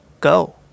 Go